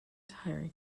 tyre